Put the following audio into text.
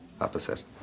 Opposite